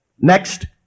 Next